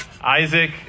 Isaac